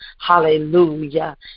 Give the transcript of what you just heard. hallelujah